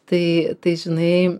tai tai žinai